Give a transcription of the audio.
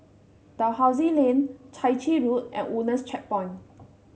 Dalhousie Lane Chai Chee Road and Woodlands Checkpoint